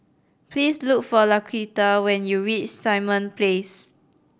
please look for Laquita when you reach Simon Place